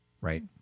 right